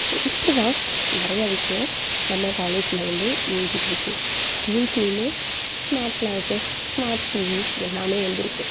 so இப்படி தான் நிறையா விஷயம் நம்ம காலேஜில் வந்து இயங்கிட்ருக்கு ஸ்கூல்ஸ்லேயுமே ஸ்மார்ட் க்ளாசஸ் ஸ்மார்ட் டிவிஸ் எல்லாமே வந்துடுச்சு